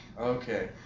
Okay